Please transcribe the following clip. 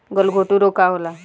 गलघोंटु रोग का होला?